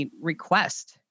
request